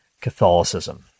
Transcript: Catholicism